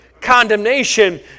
condemnation